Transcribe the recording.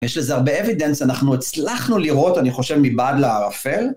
יש לזה הרבה אבידנס, אנחנו הצלחנו לראות, אני חושב, מבעד לערפל.